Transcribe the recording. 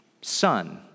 son